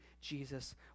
Jesus